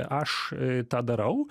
aš tą darau